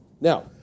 Now